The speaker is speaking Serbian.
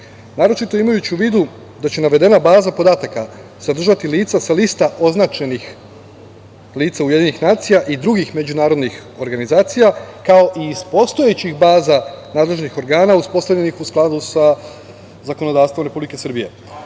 naročito imajući u vidu da će navedena baza podataka sadržati lica sa lista označenih lica UN i drugih međunarodnih organizacija, kao i iz postojećih baza nadležnih organa uspostavljenih u skladu sa zakonodavstvom Republike Srbije.